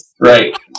Right